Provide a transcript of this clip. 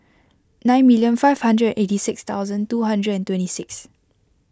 nine million five hundred eighty six thousand two hundred and twenty six